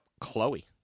Chloe